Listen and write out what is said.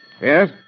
Yes